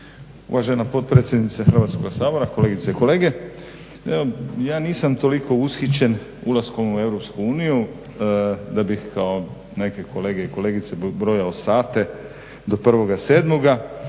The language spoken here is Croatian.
Uvažena potpredsjednice Hrvatskoga sabora. Kolegice i kolege. Ja nisam toliko ushićen ulaskom u Europsku uniju da bih kao neke kolege i kolegice brojao sate do 1.7. jer